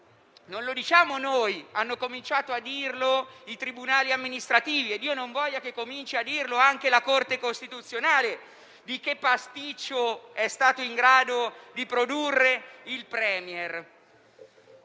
non lo diciamo solo noi: hanno cominciato a dirlo i tribunali amministrativi e Dio non voglia che cominci anche la Corte costituzionale a dire che pasticcio è stato in grado di produrre il *Premier*.